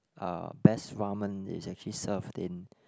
uh best ramen is actually served in